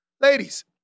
Ladies